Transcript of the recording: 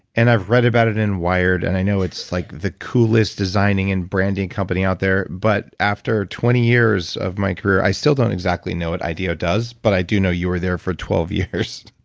and i've read about it in wired. and i know it's like the coolest designing and branding company out there. but after twenty years of my career, i still don't exactly know what ideo does, but i do know you were there for twelve years.